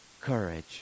courage